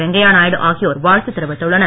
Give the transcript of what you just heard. வெங்கையா நாயுடு ஆகியோர் வாழ்த்து தெரிவித்துள்ளனர்